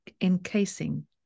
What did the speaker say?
encasing